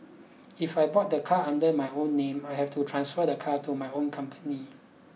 if I bought the car under my own name I have to transfer the car to my own company